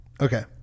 Okay